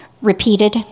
repeated